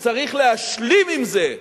צריך להשלים עם זה,